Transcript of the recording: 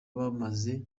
bamaze